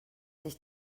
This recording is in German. sich